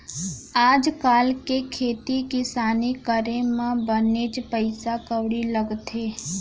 आज काल के खेती किसानी करे म बनेच पइसा कउड़ी लगथे